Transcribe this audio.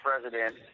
President